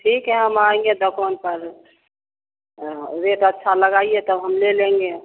ठीक है हम आएंगे दसवन पहले रेट अच्छा लगाइए त हम ले लेंगे